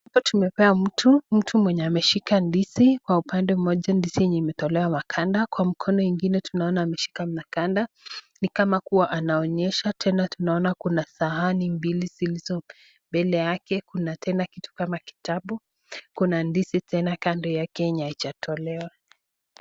Hapa tumepewa mtu, mtu mwenye ameshika ndizi kwa upande mmoja ndizi yenye imetolewa maganda, kwa mkono ingine tunaona ameshika maganda, ni kama kuwa anaonyesha tena tunaona kuna sahani mbili zilizo mbele yake ,kuna tena kitu kama kitabu, kuna ndizi tena kando yake yenye haijatolewa.